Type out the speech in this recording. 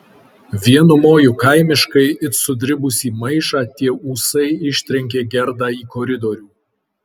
vienu moju kaimiškai it sudribusį maišą tie ūsai ištrenkė gerdą į koridorių